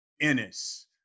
Ennis